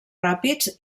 ràpids